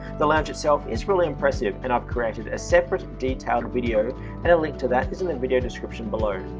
the lounge itself is really impressive and i've created a separate detailed video review and a link to that is and in video description below.